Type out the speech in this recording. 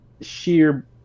sheer